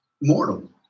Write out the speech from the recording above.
mortal